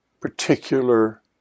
particular